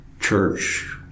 church